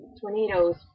tornadoes